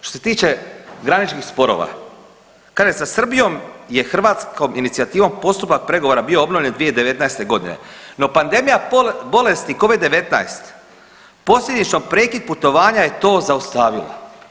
Što se tiče graničnih sporova, kaže sa Srbijom je hrvatskom inicijativom postupak pregovora bio obnovljen 2019. g. no pandemija bolesti Covid-19, posljedično prekid putovanja je to zaustavila.